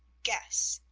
guess!